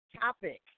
topic